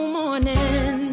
morning